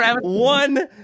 one